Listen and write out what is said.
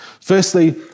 Firstly